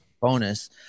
bonus